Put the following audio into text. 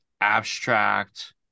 abstract